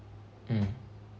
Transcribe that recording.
mm